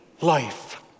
life